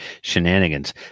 shenanigans